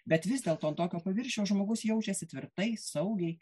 bet vis dėlto ant tokio paviršiaus žmogus jaučiasi tvirtai saugiai